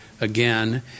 again